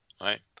right